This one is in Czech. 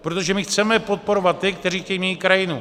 Protože my chceme podporovat ty, kteří chtějí měnit krajinu.